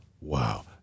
wow